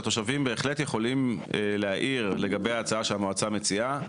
שהתושבים בהחלט יכולים להעיר לגבי ההצעה שהמועצה מציעה,